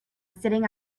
sitting